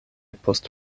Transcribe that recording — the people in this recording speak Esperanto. post